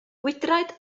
gwydraid